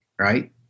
right